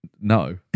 no